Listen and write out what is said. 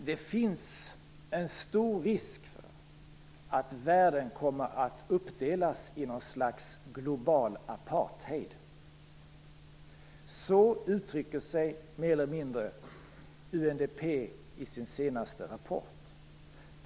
Det finns en stor risk att världen kommer att uppdelas i någon slags globala apartheid. Så uttrycker sig mer eller mindre UNDP i sin senaste rapport.